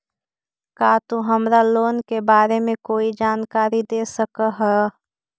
का तु हमरा लोन के बारे में कोई जानकारी दे सकऽ हऽ?